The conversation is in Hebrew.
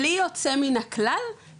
בלי יוצא מן הכלל,